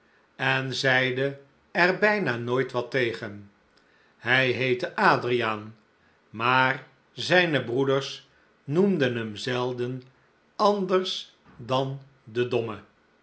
en zeide er bijna nooit wat tegen hij heette adriaan maar zijne broeders noemden hem zelden anders dan den